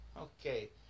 okay